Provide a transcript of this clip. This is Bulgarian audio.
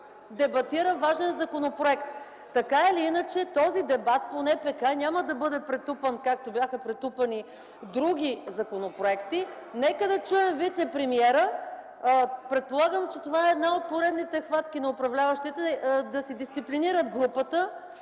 дебатира важен законопроект. Така или иначе, този дебат по НПК няма да бъде претупан така, както бяха претупани други законопроекти. Нека да чуем вицепремиера. Предполагам, че това е една от поредните хватки на управляващите да си дисциплинират групата,